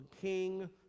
King